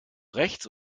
rechts